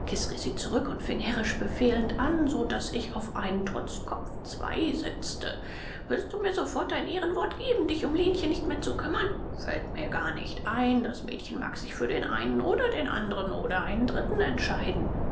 sie zurück und fing herrisch befehlend an so daß ich auf einen trotzkopf zwei setzte willst du mir sofort dein ehrenwort geben dich um lenchen nicht mehr zu kümmern fällt mir gar nicht ein das mädchen mag sich für den einen oder den andern oder einen dritten entscheiden